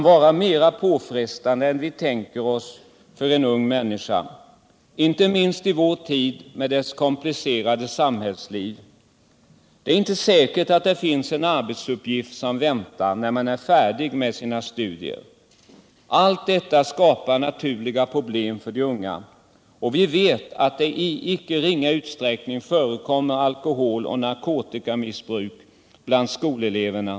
vara mer påfrestande än vi tänker oss för en ung människa, inte minst i vår tid med dess komplicerade samhällsliv. Det är inte säkert att det finns en arbetsuppgift som väntar när man är färdig med sina studier. Allt detta skapar naturligen problem för de unga, och vi vet att det i icke ringa utsträckning förekommer alkohol och narkotikamissbruk bland skoleleverna.